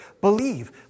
Believe